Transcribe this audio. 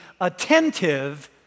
attentive